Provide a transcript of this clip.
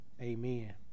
amen